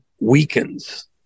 weakens